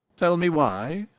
tell me why?